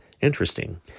Interesting